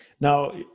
Now